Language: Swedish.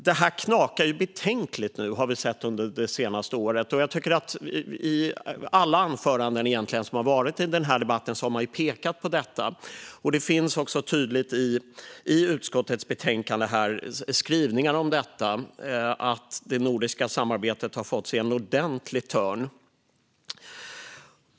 Vi har under det senaste året sett att detta knakar betänkligt nu. I alla anföranden i denna debatt har talaren pekat på detta, och det finns också skrivningar i utskottets betänkande om att det nordiska samarbetet har fått sig en ordentlig törn.